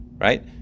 right